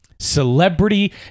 Celebrity